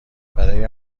برای